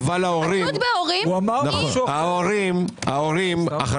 ביוקר המחיה עבור הורים במעמד הביניים